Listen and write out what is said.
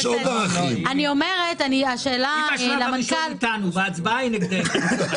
היא בשלב הראשון אתנו ובהצבעה היא נגדנו.